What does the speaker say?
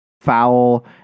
foul